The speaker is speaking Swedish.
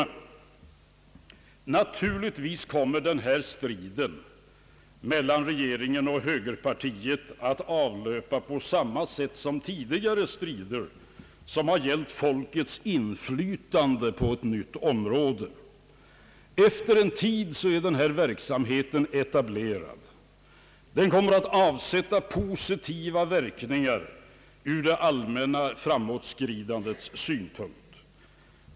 Naturligtvis kommer denna strid mellan regeringen och högerpartiet att avlöpa på samma sätt som tidigare strider som har gällt folkets inflytande på ett nytt område. Efter en tid är verksamheten etablerad. Den kommer att avsätta positiva resultat ur det allmänna framåtskridandets synpunkt.